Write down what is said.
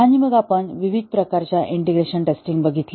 आणि मग आपण विविध प्रकारच्या इंटिग्रेशन टेस्टिंग बघितल्या